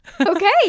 okay